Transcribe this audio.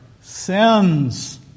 sins